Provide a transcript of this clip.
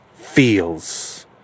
feels